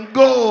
go